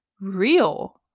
real